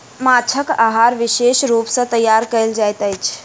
माँछक आहार विशेष रूप सॅ तैयार कयल जाइत अछि